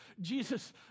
Jesus